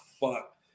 fuck